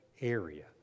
area